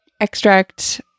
extract